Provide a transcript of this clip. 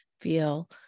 feel